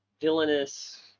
villainous